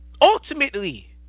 ultimately